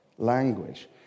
language